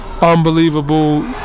Unbelievable